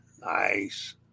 Nice